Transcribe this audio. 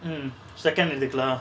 mm second இதுக்குலா:ithukula